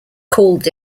called